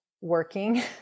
working